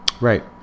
right